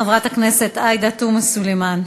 חברת הכנסת עאידה תומא סלימאן.